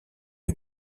une